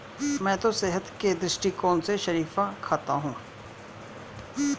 मैं तो सेहत के दृष्टिकोण से शरीफा खाता हूं